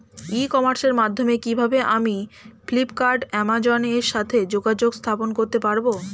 ই কমার্সের মাধ্যমে কিভাবে আমি ফ্লিপকার্ট অ্যামাজন এর সাথে যোগাযোগ স্থাপন করতে পারব?